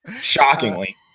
Shockingly